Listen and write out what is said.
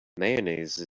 mayonnaise